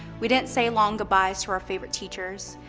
we didn't say long goodbyes to our favorite teachers.